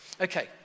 Okay